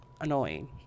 annoying